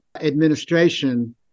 administration